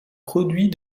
produit